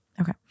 okay